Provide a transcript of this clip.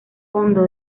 fondo